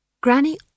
Granny